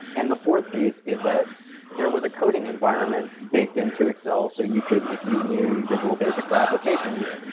and the fourth piece is that there was a coding environment baked into excel so you could if you knew visual basic for applications,